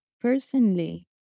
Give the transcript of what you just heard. personally